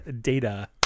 data